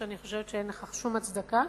שאני חושבת שאין לכך שום הצדקה.